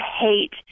hate